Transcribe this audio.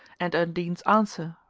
and undine's answer,